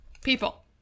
People